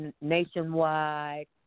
Nationwide